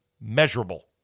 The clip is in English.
measurable